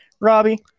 Robbie